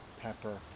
pepper